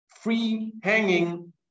free-hanging